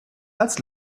als